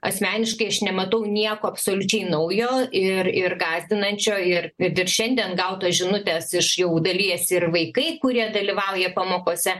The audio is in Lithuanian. asmeniškai aš nematau nieko absoliučiai naujo ir ir gąsdinančio ir ir dar šiandien gautos žinutės iš jau dalies ir vaikai kurie dalyvauja pamokose